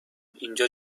اینجا